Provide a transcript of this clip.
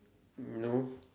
no